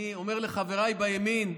אני אומר לחבריי בימין: